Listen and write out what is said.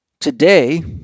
Today